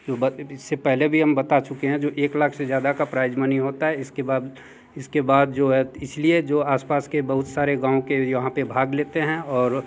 जो इससे पहले भी हम बताया चूके हैं जो एक लाख से ज़्यादा का प्राइज मनी होता है इसके बाद इसके बाद जो है इस लिए जो आस पास के बहुत सारे गाँव के यहाँ पर भाग लेते हैं और